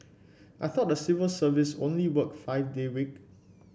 I thought the civil service only work five day week